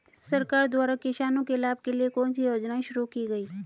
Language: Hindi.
सरकार द्वारा किसानों के लाभ के लिए कौन सी योजनाएँ शुरू की गईं?